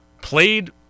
played